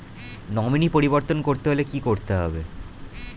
Nominee পরিবর্তন করতে হলে কী করতে হবে?